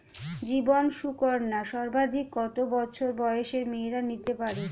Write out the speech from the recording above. জীবন সুকন্যা সর্বাধিক কত বছর বয়সের মেয়েরা নিতে পারে?